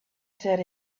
said